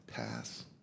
Pass